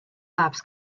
labs